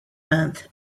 month